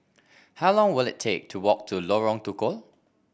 how long will it take to walk to Lorong Tukol